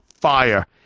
fire